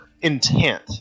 intent